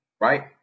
right